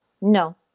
No